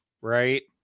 right